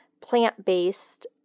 plant-based